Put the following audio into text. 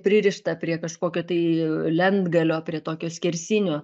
pririštą prie kažkokio tai lentgalio prie tokio skersinio